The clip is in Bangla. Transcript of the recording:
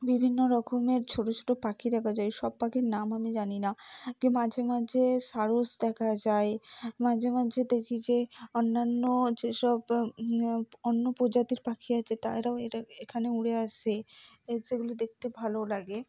বিভিন্ন রকমের ছোট ছোট পাখি দেখা যায় সব পাখির নাম আমি জানি না কি মাঝে মাঝে সারস দেখা যায় মাঝে মাঝে দেখি যে অন্যান্য যেসব অন্য প্রজাতির পাখি আছে তারাও এখানে উড়ে আসে সেগুলি দেখতে ভালোও লাগে